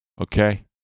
Okay